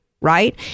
Right